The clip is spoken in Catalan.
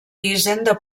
hisenda